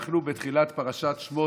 אנחנו בתחילת פרשת שמות.